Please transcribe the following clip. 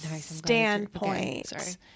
standpoint